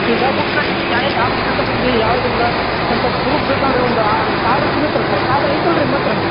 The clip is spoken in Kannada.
ಈಗ ಬುಕ್ಕ ನೀವು ನಾಳೆ ಯಾವ ಬುಕ್ಕ ತಗಂಡೆ ಯಾವುದಿಲ್ಲ ಅಂತ ಪ್ರೂಫ್ ಬೇಕಲ್ಲ ರೀ ಒಂದು ಆ ಕಾರ್ಡ ಸಿಗತ್ತೆ ರೀ ಸರ್ರ ಕಾರ್ಡ್ ಐತಲ್ಲ ರೀ ನಿಮ್ಮ ಹತ್ತಿರ